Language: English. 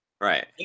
Right